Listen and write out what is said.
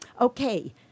okay